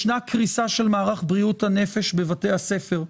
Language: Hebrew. יש קריסה של מערך בריאות הנפש בבתי הספר.